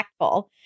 impactful